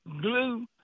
glue